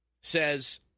says